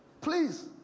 please